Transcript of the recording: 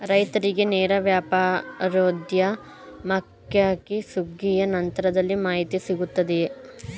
ರೈತರಿಗೆ ನೇರ ವ್ಯಾಪಾರೋದ್ಯಮಕ್ಕಾಗಿ ಸುಗ್ಗಿಯ ನಂತರದಲ್ಲಿ ಮಾಹಿತಿ ಸಿಗುತ್ತದೆಯೇ?